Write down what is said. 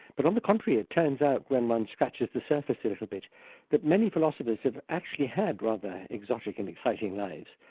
but on the contrary, it turns out when one scratches the surface a little bit that many philosophers have actually had rather exotic and exciting lives.